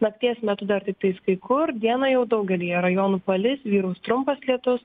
nakties metu dar tiktais kai kur dieną jau daugelyje rajonų palis vyraus trumpas lietus